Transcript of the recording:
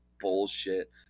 bullshit